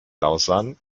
lausanne